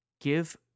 give